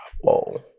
Whoa